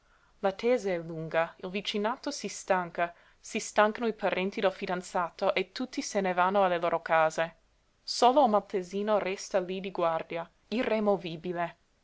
l'attesa è lunga il vicinato si stanca si stancano i parenti del fidanzato e tutti se ne vanno alle loro case solo il maltesino resta lí di guardia irremovibile